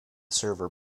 server